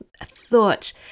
thought